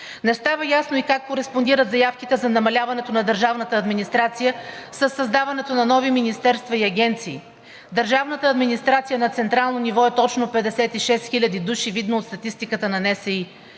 Не става ясно и как кореспондират заявките за намаляването на държавната администрация със създаването на нови министерства и агенции? Държавната администрация на централно ниво е точно 56 хиляди души, видно от статистиката на НСИ.